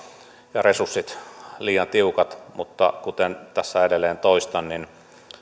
ja resurssit liian tiukat mutta kuten tässä edelleen toistan niin